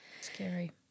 Scary